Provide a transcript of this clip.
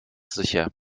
sicher